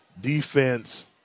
defense